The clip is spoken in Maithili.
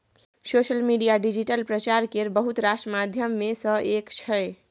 सोशल मीडिया डिजिटल प्रचार केर बहुत रास माध्यम मे सँ एक छै